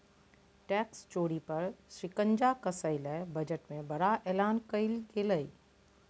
tax चोरी पर शिकंजा कसय ले बजट में बड़ा एलान कइल गेलय